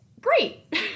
great